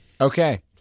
Okay